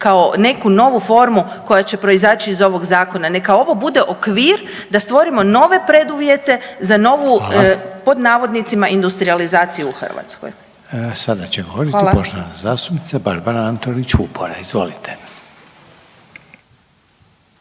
kao neku novu formu koja će proizaći iz ovog zakona. Neka ovo bude okvir da stvorimo nove preduvjete za novu …/Upadica Reiner: Hvala./… „industrijalizaciju“ u Hrvatskoj. **Reiner, Željko (HDZ)** Sada će govori poštovana zastupnica Barbara Antolić Vupora. Izvolite.